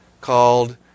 called